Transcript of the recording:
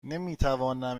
نمیتوانم